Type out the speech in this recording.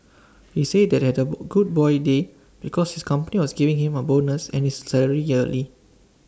he said that had double good boy day because his company was giving him A bonus and his salary yearly